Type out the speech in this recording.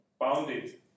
bounded